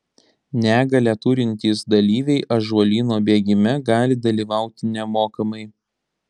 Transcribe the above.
negalią turintys dalyviai ąžuolyno bėgime gali dalyvauti nemokamai